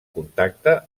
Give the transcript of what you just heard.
contacte